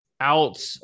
out